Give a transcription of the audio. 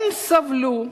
הם סבלו,